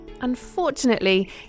Unfortunately